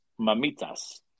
mamitas